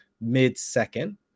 mid-second